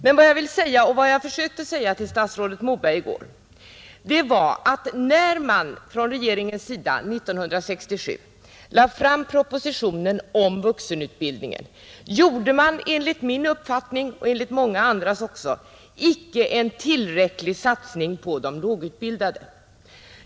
Men vad jag då försökte säga till statsrådet Moberg var att när regeringen 1967 lade fram propositionen om vuxenutbildningen gjorde man enligt min uppfattning, och enligt många andras också, icke en tillräcklig satsning på de lågutbildade.